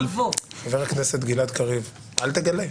חבר הכנסת גלעד קריב, אל תגלה.